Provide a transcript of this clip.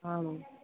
ആണോ